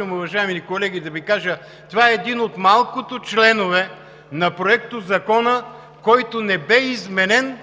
Уважаеми колеги, да Ви кажа, че това е един от малкото членове на Проектозакона, който не бе изменен